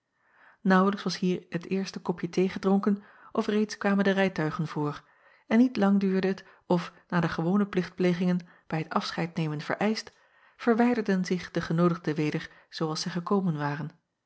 aauwlijks was hier het eerste kopje thee gedronken of reeds kwamen de rijtuigen voor en niet lang duurde het of na de gewone plichtplegingen bij het afscheidnemen vereischt verwijderden zich de genoodigden weder zoo als zij gekomen waren